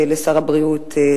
לשר הבריאות,